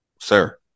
Sir